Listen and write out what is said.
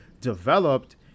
developed